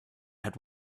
had